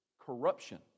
corruption